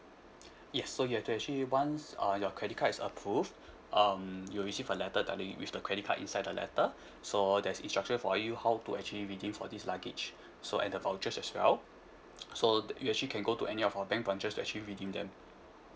yes so you have to actually once uh your credit card is approved um you'll receive a letter telling with the credit card inside the letter so there's instruction for you how to actually redeem for this luggage so and the vouchers as well so you actually can go to any of our bank branches to actually redeem them